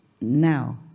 now